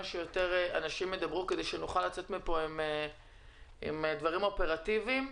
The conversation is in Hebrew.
שיותר אנשים ידברו כדי שנוכל לצאת מפה עם דברים אופרטיביים.